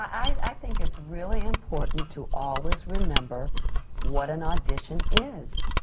i think it's really important to always remember what an audition is.